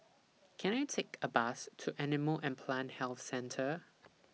Can I Take A Bus to Animal and Plant Health Centre